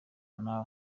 nawe